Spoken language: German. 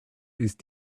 ist